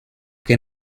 que